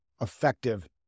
effective